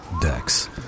dex